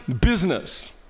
business